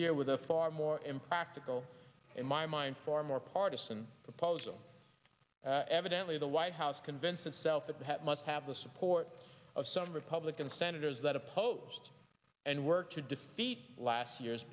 year with a far more impractical in my mind far more partisan proposal evidently the white house convinced itself that they must have the support of some republican senators that opposed and worked to defeat last year's